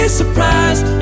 surprised